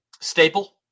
Staple